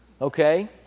okay